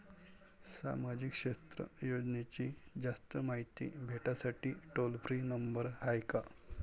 सामाजिक क्षेत्र योजनेची जास्त मायती भेटासाठी टोल फ्री नंबर हाय का?